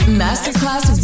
masterclass